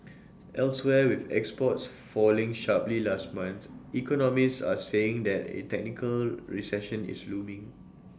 elsewhere with exports falling sharply last month economists are saying that A technical recession is looming